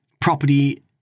property